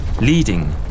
leading